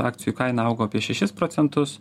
akcijų kaina augo apie šešis procentus